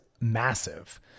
massive